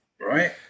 Right